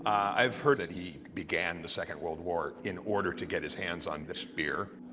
i heard that he began the second world war in order to get his hands on the spear.